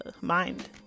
mind